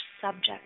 subject